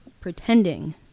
pretending